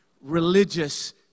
religious